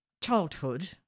childhood